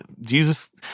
Jesus